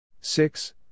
six